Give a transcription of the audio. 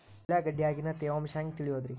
ಉಳ್ಳಾಗಡ್ಯಾಗಿನ ತೇವಾಂಶ ಹ್ಯಾಂಗ್ ತಿಳಿಯೋದ್ರೇ?